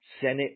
Senate